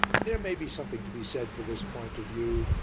there may be something to be said for this point of view,